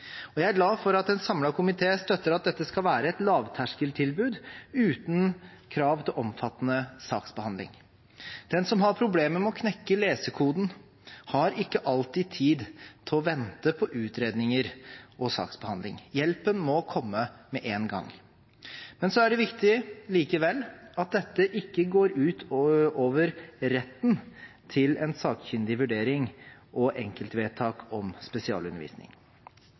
regning. Jeg er glad for at en samlet komité støtter at dette skal være et lavterskeltilbud uten krav til omfattende saksbehandling. Den som har problemer med å knekke lesekoden, har ikke alltid tid til å vente på utredninger og saksbehandling. Hjelpen må komme med en gang. Likevel er det viktig at dette ikke går ut over retten til en sakkyndig vurdering og enkeltvedtak om spesialundervisning.